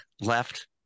left